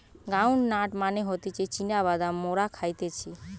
ground nut মানে হতিছে চীনা বাদাম মোরা খাইতেছি